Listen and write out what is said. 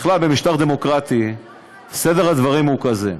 בכלל, במשטר דמוקרטי סדר הדברים הוא כזה: